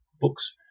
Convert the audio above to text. books